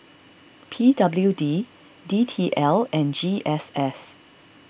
P W D D T L and G S S